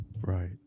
right